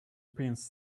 pins